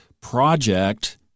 project